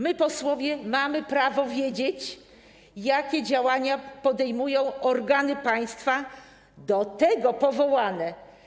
My, posłowie, mamy prawo wiedzieć, jakie działania podejmują organy państwa do tego powołane.